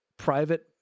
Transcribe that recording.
private